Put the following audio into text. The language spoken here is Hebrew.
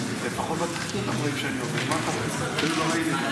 ברישוי מחמת מצב בריאותי (תיקוני חקיקה),